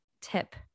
tip